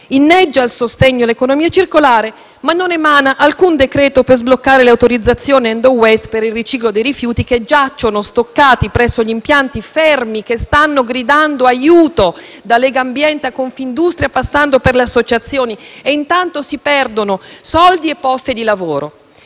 inneggia al sostegno all'economia circolare, ma non emana alcun decreto per sbloccare le autorizzazioni *end of waste* per il riciclo dei rifiuti, che giacciono stoccati presso gli impianti fermi, con molti soggetti che stanno gridando per avere aiuto, da Legambiente a Confindustria, passando per le associazioni. E intanto si perdono soldi e posti di lavoro.